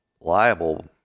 liable